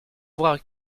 voir